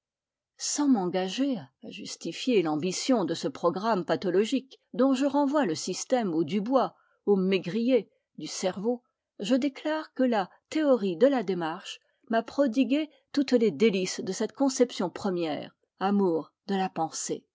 sans m'engager à justifier l'ambition de ce programme pathologique dont je renvoie le système aux dubois aux maygrier du cerveau je déclare que la théorie de la démarche m'a prodigué toutes les délices de cette conception première amour de la pensée